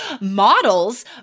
models